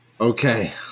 Okay